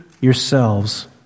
yourselves